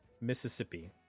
mississippi